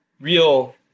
real